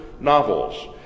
novels